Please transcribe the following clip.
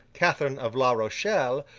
catherine of la rochelle,